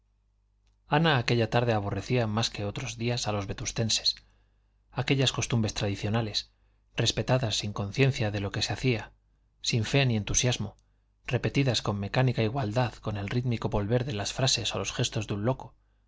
ana aquella tarde aborrecía más que otros días a los vetustenses aquellas costumbres tradicionales respetadas sin conciencia de lo que se hacía sin fe ni entusiasmo repetidas con mecánica igualdad como el rítmico volver de las frases o los gestos de un loco